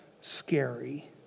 scary